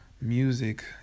music